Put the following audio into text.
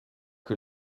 que